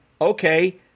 okay